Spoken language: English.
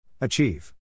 Achieve